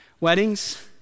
weddings